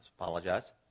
apologize